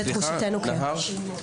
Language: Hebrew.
לתחושתנו, כן.